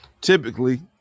typically